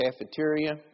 cafeteria